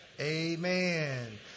Amen